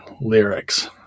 lyrics